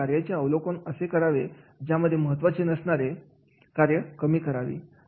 म्हणून कार्याचे अवलोकन असे करावे ज्यामध्ये महत्त्वाचें नसणारे 200 कार्य कमी करावी